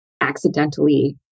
accidentally